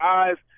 eyes